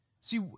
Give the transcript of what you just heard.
see